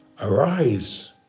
Arise